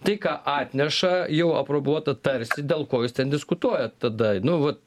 tai ką atneša jau aprobuota tarsi dėl ko jūs ten diskutuojat tada nu vat